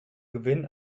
gewinn